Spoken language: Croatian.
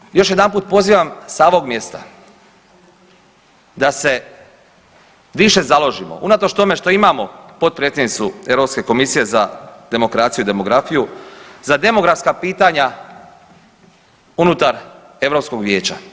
I stoga još jedanput pozivam sa ovog mjesta da se više založimo unatoč tome što imamo potpredsjednicu europske komisije za demokraciju i demografiju za demografska pitanja unutar Europskog vijeća.